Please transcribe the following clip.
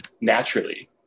naturally